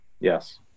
Yes